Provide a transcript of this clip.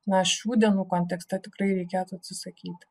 na šių dienų kontekste tikrai reikėtų atsisakyti